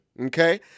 okay